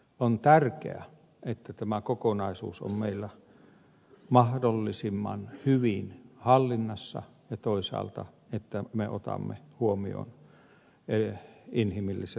on tärkeää että tämä kokonaisuus on meillä mahdollisimman hyvin hallinnassa ja toisaalta että me otamme huomioon inhimilliset tekijät